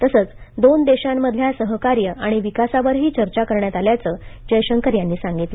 तसंच दोन देशांमधल्या सहकार्य आणि विकासावरही चर्चा करण्यात आल्याचं जयशंकर यांनी सांगितलं